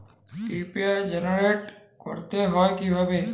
UPI generate করতে হয় কিভাবে?